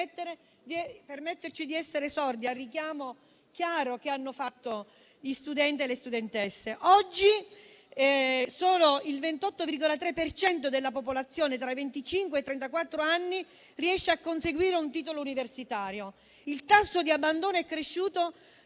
permetterci di essere sordi al richiamo chiaro che hanno fatto gli studenti e le studentesse. Oggi solo il 28,3 per cento della popolazione tra i venticinque e i trentaquattro anni riesce a conseguire un titolo universitario; il tasso di abbandono è cresciuto